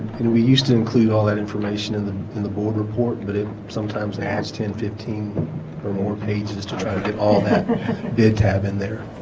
and we used to include all that information in the in the board report but it sometimes has ten fifteen or more pages to try to get all that did tab in there